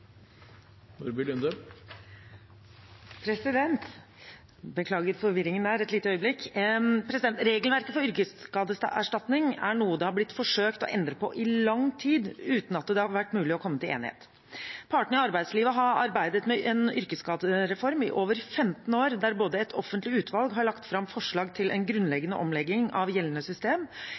forvirringen der et lite øyeblikk. Regelverket for yrkesskadeerstatning er noe man har forsøkt å endre på i lang tid, uten at det har vært mulig å komme til enighet. Partene i arbeidslivet har arbeidet med en yrkesskadereform i over 15 år, der et offentlig utvalg har lagt fram forslag til en grunnleggende omlegging av gjeldende system,